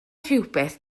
rhywbeth